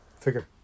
figure